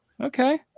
Okay